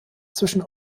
zwischen